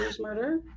murder